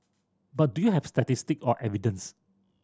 but do you have statistics or evidence